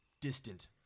distant